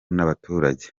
n’abaturage